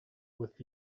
with